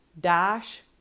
dash